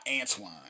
Antoine